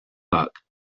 buck